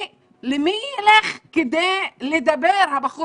הבחור או הבחורה, למי יילך כדי לדבר?